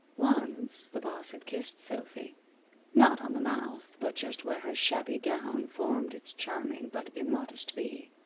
once the boss had kissed sophy not on the mouth, but just where her shabby gown formed its charming but immodest v.